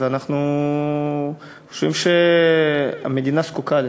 ואנחנו חושבים שהמדינה זקוקה לזה.